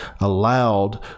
allowed